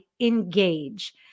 Engage